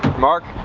mark?